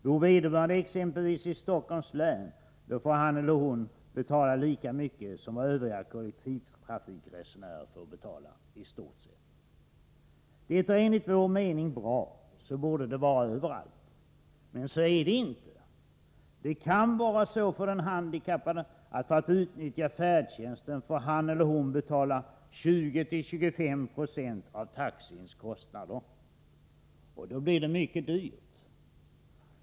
Bor vederbörande exempelvis i Stockholms län, får han eller hon betala i stort sett lika mycket som vad övriga kollektivtrafikresenärer får betala. Detta är enligt vår mening bra — så borde det vara överallt. Men så är det inte. Det kan vara så för den handikappade att han eller hon för att utnyttja färdtjänsten får betala 20-25 26 av taxikostnaden, och då blir det mycket dyrt.